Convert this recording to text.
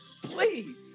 Please